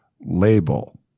label